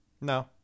No